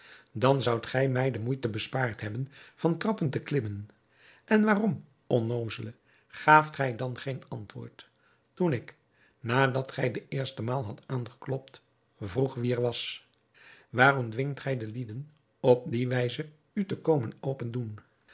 dan zoudt gij mij de moeite bespaard hebben van trappen te klimmen en waarom onnoozele gaaft gij dan geen antwoord toen ik nadat gij de eerste maal hadt aangeklopt vroeg wie er was waarom dwingt gij de lieden op die wijze u te komen opendoen